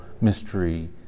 mystery